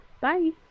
Bye